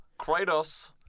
Kratos